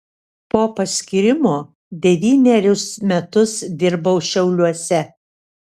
po paskyrimo devynerius metus dirbau šiauliuose